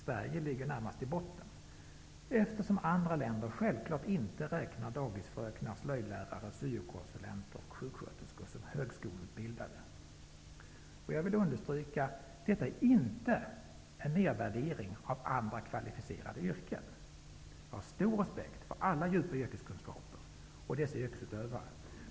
Sverige ligger närmast i botten, eftersom andra länder självfallet inte räknar dagisfröknar, slöjdlärare, syokonsulenter och sjuksköterskor som högskoleutbildade. Jag vill understryka att detta inte är en nedvärdering av andra kvalificerade yrken. Jag har stor respekt för alla djupa yrkeskunskaper och dessa yrkesutövare.